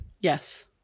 Yes